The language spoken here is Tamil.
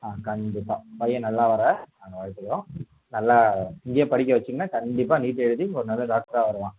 ஆ கண்டிப்பாக பையன் நல்லா வர நாங்கள் வாழ்த்துகிறோம் நல்லா இங்கேயே படிக்க வெச்சிங்கனால் கண்டிப்பாக நீட் எழுதி ஒரு நல்ல டாக்டரா வருவான்